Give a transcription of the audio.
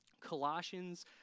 Colossians